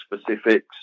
specifics